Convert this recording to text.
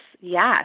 yes